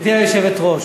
גברתי היושבת-ראש,